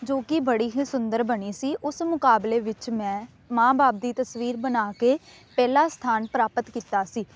ਜੋ ਕਿ ਬੜੀ ਹੀ ਸੁੰਦਰ ਬਣੀ ਸੀ ਉਸ ਮੁਕਾਬਲੇ ਵਿੱਚ ਮੈਂ ਮਾਂ ਬਾਪ ਦੀ ਤਸਵੀਰ ਬਣਾ ਕੇ ਪਹਿਲਾ ਸਥਾਨ ਪ੍ਰਾਪਤ ਕੀਤਾ ਸੀ